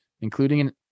including